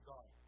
God